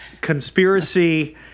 conspiracy